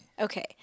Okay